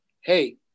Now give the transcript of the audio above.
hey